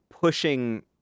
pushing